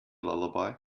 lullaby